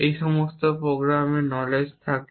এই সমস্ত প্রোগ্রামে নলেজ থাকে